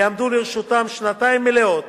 ויעמדו לרשותם שנתיים מלאות